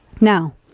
Now